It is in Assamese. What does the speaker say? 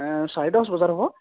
চাৰে দহ বজাত হ'ব